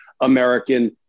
American